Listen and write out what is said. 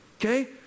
Okay